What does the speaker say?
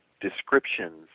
descriptions